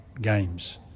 games